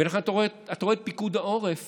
ולכן אתה רואה את פיקוד העורף